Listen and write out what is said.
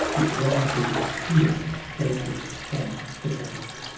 a drowsy spirit floated from the dark,